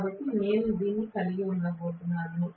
కాబట్టి నేను దీన్ని కలిగి ఉన్నాను